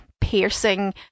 piercing